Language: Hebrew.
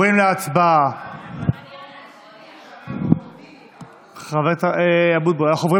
התבקשתי על ידי השר לשירותי דת מתן כהנא להשיב על